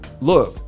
look